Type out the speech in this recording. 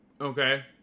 okay